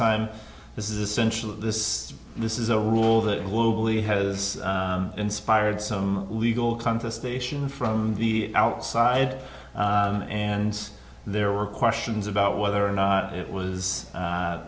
time this is essentially this this is a rule that globally has inspired some legal conversation from the outside and there were questions about whether or not it was